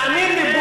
תאמין לי,